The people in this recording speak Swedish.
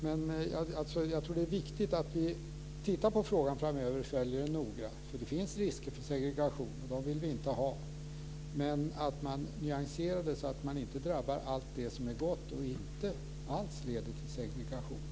Jag tror alltså att det är viktigt att vi tittar på frågan framöver och följer den noga. Det finns risker för segregation, och det vill vi inte ha. Men man bör nyansera det så att det inte drabbar allt som är gott och som inte alls leder till segregation.